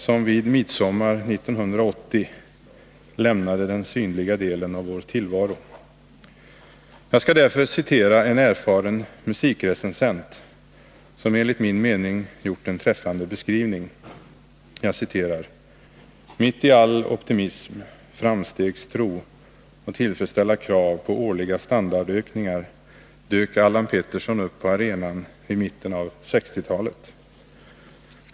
som vid midsommar 1980 lämnade den synliga delen av vår tillvaro. Jag skall därför citera en erfaren musikrecensent, som enligt min mening gjort en träffande beskrivning: ”Mitt i all optimism, framstegstro och tillfredsställda krav på årliga standardökningar dök Allan Pettersson upp på arenan vid mitten av 60-talet.